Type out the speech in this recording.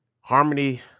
Harmony